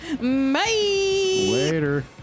Later